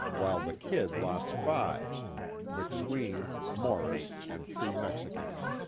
while the kid lost five mcsween, morris and three mexicans.